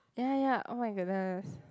ya ya ya oh my goodness